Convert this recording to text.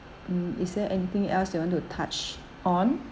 mm is there anything else you want to touch on